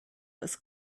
was